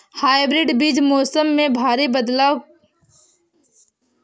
hybrid बीज मौसम में भारी बदलाव के प्रतिरोधी और रोग प्रतिरोधी हैं